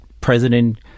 President